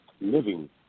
living